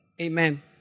Amen